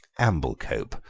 amblecope,